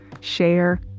share